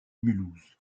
mulhouse